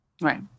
right